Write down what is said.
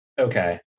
okay